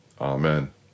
Amen